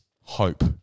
hope